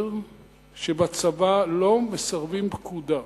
להסביר שבצבא לא מסרבים פקודה,